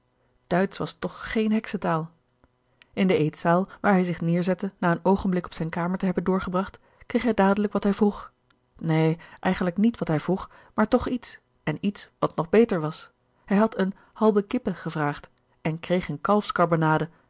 duitsch was toch geen heksentaal in de eetzaal waar hij zich neêrzette na een oogenblik op zijne kamer te hebben doorgebracht kreeg hij dadelijk wat hij vroeg neen eigenlijk niet wat hij vroeg maar toch iets en iets wat nog beter was hij had eene halbe kippe gevraagd en kreeg eene